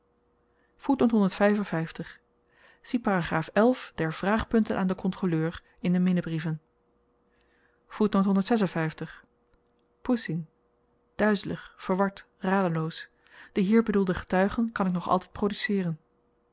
pa der vraagpunten aan den kontroleur in de minnebrieven poessing duizelig verward radeloos den hier bedoelden getuige kan ik nog altyd produceeren